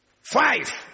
Five